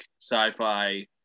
sci-fi